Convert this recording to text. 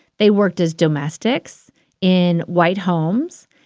they worked as domestics in white homes,